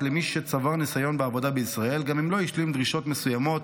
למי שצבר ניסיון בעבודה בישראל גם אם לא השלים דרישות מסוימות